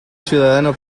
ciudadano